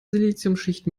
siliziumschicht